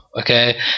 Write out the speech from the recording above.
okay